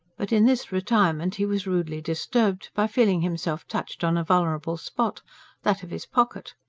but in this retirement he was rudely disturbed, by feeling himself touched on a vulnerable spot that of his pocket.